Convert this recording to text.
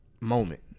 moment